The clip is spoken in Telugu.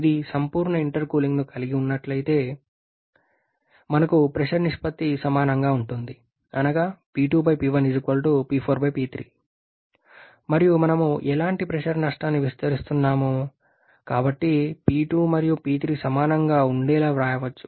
ఇది సంపూర్ణ ఇంటర్కూలింగ్ను కలిగి ఉన్నట్లయితే మనకు ప్రెషర్ నిష్పత్తి సమానంగా ఉంటుంది అనగా మరియు మనం ఎలాంటి ప్రెషర్ నష్టాన్ని విస్మరిస్తున్నాము కాబట్టి P2 మరియు P3 సమానంగా ఉండేలా వ్రాయవచ్చు